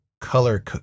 color